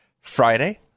Friday